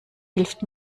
hilft